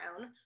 own